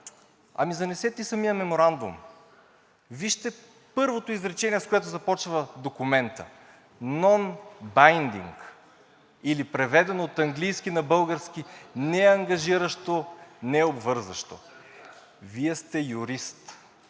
ами занесете и самия меморандум. Вижте първото изречение, с което започва документът – „non-binding“, или преведено от английски на български – „неангажиращо“, „необвързващо“. Вие сте юрист.